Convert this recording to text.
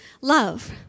love